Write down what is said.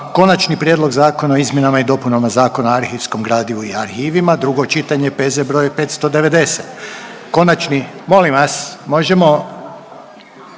Konačni prijedlog zakona o izmjenama i dopunama Zakona o arhivskom gradivu i arhivima, drugo čitanje, P.Z. br. 590. Konačni, molim vas, možemo